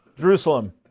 Jerusalem